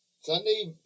Sunday